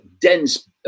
dense